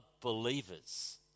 believers